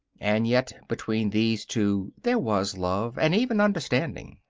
and yet between these two there was love, and even understanding.